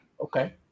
okay